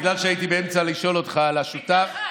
בגלל שהייתי באמצע לשאול אותך על השיטה,